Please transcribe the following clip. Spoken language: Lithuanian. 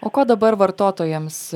o ko dabar vartotojams